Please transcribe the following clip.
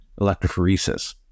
electrophoresis